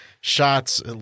shots